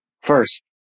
First